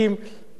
פעילים,